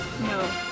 no